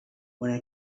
when